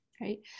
right